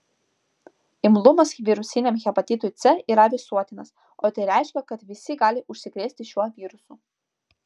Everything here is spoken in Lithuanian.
imlumas virusiniam hepatitui c yra visuotinas o tai reiškia kad visi gali užsikrėsti šiuo virusu